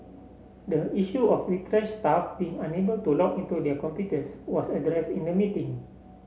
the issue of retrenched staff being unable to log into their computers was addressed in the meeting